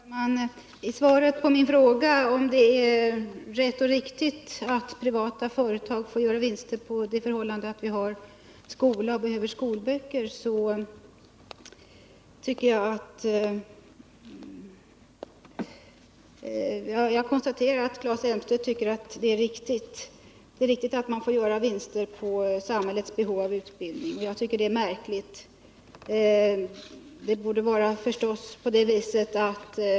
Herr talman! Efter svaret på min fråga om det är rätt och riktigt att privata företag får göra vinster på det förhållandet, att vi har skola och behöver skolböcker, konstaterar jag att Claes Elmstedt tycker det är riktigt att man får göra vinster på samhällets behov av utbildning, och det är märkligt.